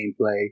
gameplay